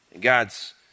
God's